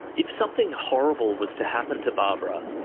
if something horrible was to happen to barbara,